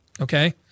Okay